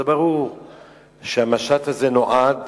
זה ברור שהמשט הזה נועד